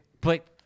But-